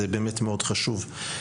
זה באמת מאוד חשוב.